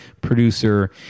producer